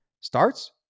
Starts